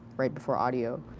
right before audio.